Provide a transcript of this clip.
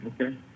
okay